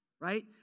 right